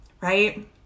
Right